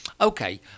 Okay